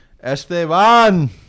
Esteban